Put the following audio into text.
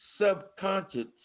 subconscious